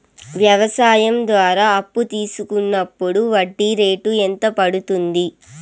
వ్యవసాయం ద్వారా అప్పు తీసుకున్నప్పుడు వడ్డీ రేటు ఎంత పడ్తుంది